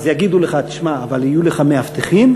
אז יגידו לך: תשמע, אבל יהיו לך מאבטחים?